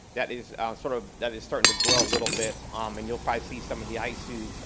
that is sort of, that is starting to grow a little bit um and you'll probably see some of the isoo,